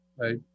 right